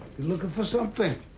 looking for something?